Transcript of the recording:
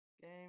game